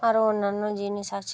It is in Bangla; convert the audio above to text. আরও অন্যান্য জিনিস আছে